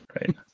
right